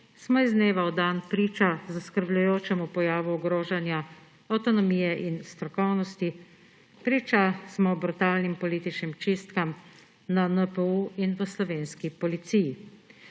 smo iz dneva v dan priča zaskrbljujočemu pojavu ogrožanja avtonomije in strokovnosti, priča smo brutalnim političnim čistkam na NPU in v slovenski policiji.